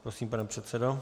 Prosím, pane předsedo.